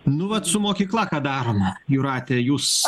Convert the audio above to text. nu vat su mokykla ką darome jūrate jūs